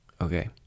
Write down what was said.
okay